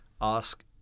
ask